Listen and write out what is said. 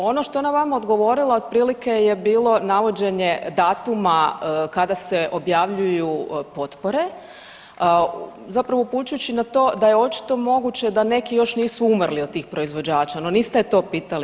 Ono što je ona vama odgovorila otprilike je bilo navođenje datuma kada se objavljuju potpore zapravo upućujući na to da je očito moguće da neki još nisu umrli od tih proizvođača, no niste je to pitali.